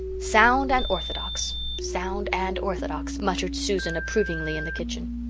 sound and orthodox sound and orthodox, muttered susan approvingly in the kitchen.